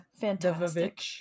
fantastic